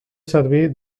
servir